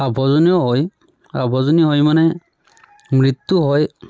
আৱৰ্জনীয় হয় আৱৰ্জনীয় হয় মানে মৃত্যু হয়